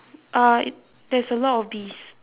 uh there's a lot of bees